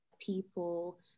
people